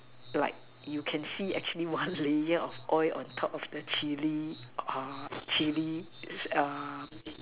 like you can see actually one layer of oil on top of the Chilli Chilli